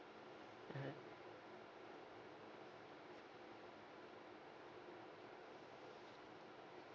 mmhmm